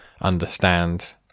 understand